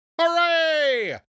Hooray